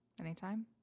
Anytime